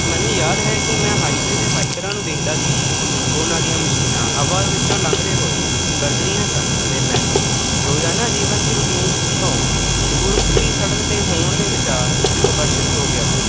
ਮੈਨੂੰ ਯਾਦ ਹੈ ਕਿ ਮੈਂ ਹਾਈਵੇ ਦੇ ਬਾਈਕਰਾਂ ਨੂੰ ਦੇਖਦਾ ਸੀ ਉਹਨਾਂ ਦੀਆਂ ਮਸ਼ੀਨਾਂ ਹਵਾ ਵਿੱਚੋਂ ਲੰਘਦੇ ਹੋਏ ਗਰਜਦੀਆਂ ਸਨ ਅਤੇ ਮੈਨੂੰ ਰੋਜ਼ਾਨਾ ਜੀਵਨ ਦੀ ਰੂਟੀਨ ਤੋਂ ਦੂਰ ਖੁੱਲ੍ਹੀ ਸੜਕ 'ਤੇ ਹੋਣ ਦੇ ਵਿਚਾਰ ਤੋਂ ਆਕਰਸ਼ਿਤ ਹੋ ਗਿਆ ਸੀ